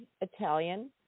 Italian